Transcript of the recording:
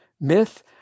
myth